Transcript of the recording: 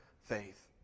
faith